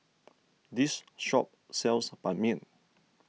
this shop sells Ban Mian